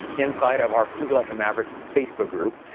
inside of our pruvit like a maverick facebook group,